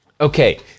okay